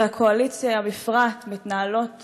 והקואליציה בפרט, מתנהלות